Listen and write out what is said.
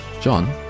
John